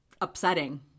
upsetting